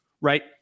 right